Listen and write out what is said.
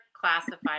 classified